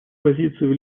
позицию